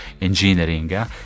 engineering